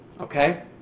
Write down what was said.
Okay